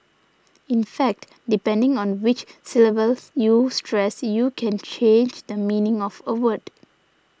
in fact depending on which syllable you stress you can change the meaning of a word